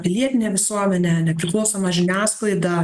pilietinė visuomenė nepriklausoma žiniasklaida